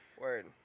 Word